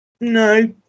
no